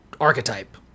archetype